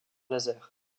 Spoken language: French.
laser